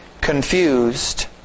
confused